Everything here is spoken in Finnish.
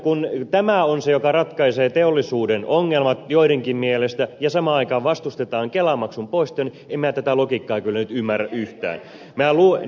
kun tämä on se joka ratkaisee teollisuuden ongelmat joidenkin mielestä ja samaan aikaan vastustetaan kelamaksun poistoa niin en minä tätä logiikkaa kyllä nyt ymmärrä yhtään